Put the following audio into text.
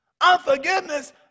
Unforgiveness